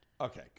Okay